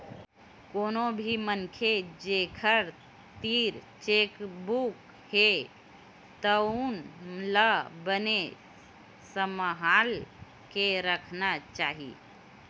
कोनो भी मनखे जेखर तीर चेकबूक हे तउन ला बने सम्हाल के राखना चाही